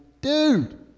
dude